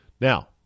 Now